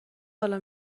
بالا